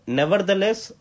nevertheless